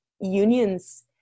unions